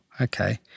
okay